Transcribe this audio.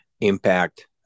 impact